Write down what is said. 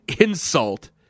insult